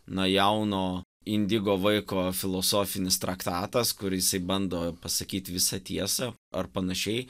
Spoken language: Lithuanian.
na jauno indigo vaiko filosofinis traktatas kur jisai bando pasakyt visą tiesą ar panašiai